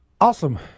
Awesome